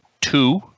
two